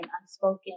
unspoken